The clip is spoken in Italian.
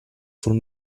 sul